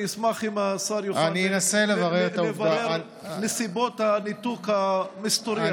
אני אשמח אם השר יוכל לברר את נסיבות הניתוק המסתורי הזה.